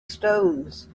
stones